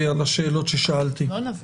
נתקבלה.